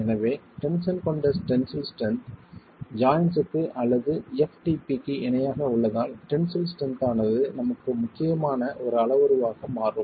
எனவே டென்ஷன் கொண்ட tensile strength ஜாய்ண்ட்ஸ்க்கு அல்லது ftp க்கு இணையாக உள்ளதால் டென்சில் ஸ்ட்ரென்த் ஆனது நமக்கு முக்கியமான ஒரு அளவுருவாக மாறும்